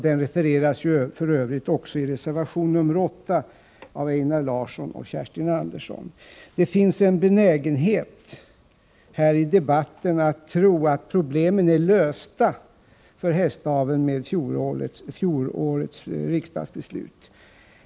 Den refereras för övrigt i reservation nr 9 av Einar Larsson och Kerstin Andersson. Det finns här i debatten en benägenhet att tro att problemen för hästaveln är lösta med fjolårets riksdagsbeslut.